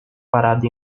parado